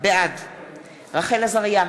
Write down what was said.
בעד רחל עזריה,